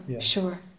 Sure